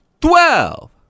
Twelve